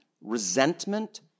resentment